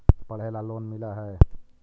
पढ़े ला लोन मिल है?